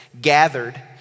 gathered